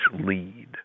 lead